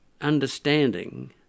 understanding